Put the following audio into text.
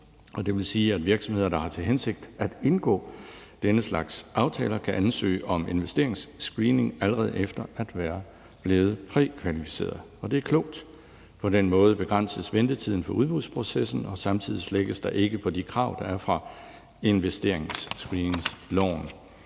det vil sige, at virksomheder, der har til hensigt at indgå den slags aftaler, kan ansøge om investeringsscreening allerede efter at være blevet prækvalificeret, og det er klogt. På den måde begrænses ventetiden i forbindelse med udbudsprocessen, og samtidig slækkes der ikke på de krav, der er fra investeringsscreeningsloven.